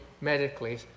medically